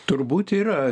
turbūt yra